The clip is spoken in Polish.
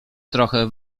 trochę